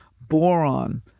Boron